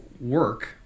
work